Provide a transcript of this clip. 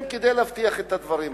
כן, כדי להבטיח את הדברים האלה.